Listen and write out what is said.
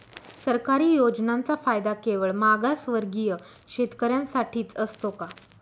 सरकारी योजनांचा फायदा केवळ मागासवर्गीय शेतकऱ्यांसाठीच असतो का?